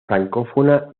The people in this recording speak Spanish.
francófona